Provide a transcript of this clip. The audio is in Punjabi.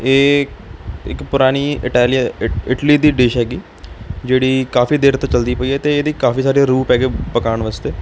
ਇਹ ਇੱਕ ਪੁਰਾਣੀ ਇਟਾਲੀਅਨ ਇ ਇਟਲੀ ਦੀ ਡਿਸ਼ ਹੈਗੀ ਜਿਹੜੀ ਕਾਫੀ ਦੇਰ ਤੋਂ ਚਲਦੀ ਪਈ ਹੈ ਅਤੇ ਇਹਦੀ ਕਾਫੀ ਸਾਰੇ ਰੂਪ ਹੈਗੇ ਪਕਾਉਣ ਵਾਸਤੇ